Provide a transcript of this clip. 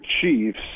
Chiefs